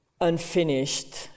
unfinished